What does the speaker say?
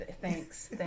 Thanks